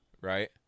right